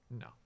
No